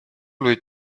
võib